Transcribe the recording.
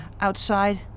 outside